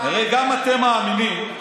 הרי גם אתם מאמינים,